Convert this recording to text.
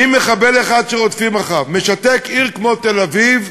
אם מחבל אחד שרודפים אחריו משתק עיר כמו תל-אביב,